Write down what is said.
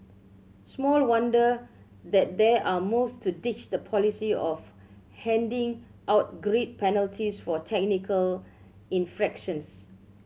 small wonder that there are moves to ditch the policy of handing out grid penalties for technical infractions